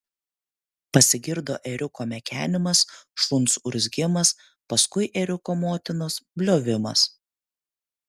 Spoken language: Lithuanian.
pasigirdo ėriuko mekenimas šuns urzgimas paskui ėriuko motinos bliovimas